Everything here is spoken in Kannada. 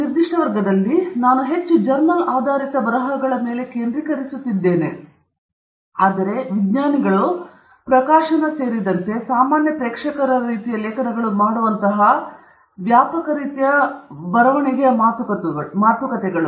ಈ ನಿರ್ದಿಷ್ಟ ವರ್ಗದಲ್ಲಿ ನಾನು ಹೆಚ್ಚು ಜರ್ನಲ್ ಆಧಾರಿತ ಬರಹಗಳ ಮೇಲೆ ಕೇಂದ್ರೀಕರಿಸುತ್ತಿದ್ದೇನೆ ಆದರೆ ವಿಜ್ಞಾನಿಗಳು ಪ್ರಕಾಶನ ಸೇರಿದಂತೆ ಸಾಮಾನ್ಯ ಪ್ರೇಕ್ಷಕರ ರೀತಿಯ ಲೇಖನಗಳು ಮಾಡುವಂತಹ ವ್ಯಾಪಕ ರೀತಿಯ ಬರವಣಿಗೆಯ ಮಾತುಕತೆಗಳು